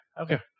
okay